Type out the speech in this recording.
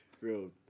Real